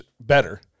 better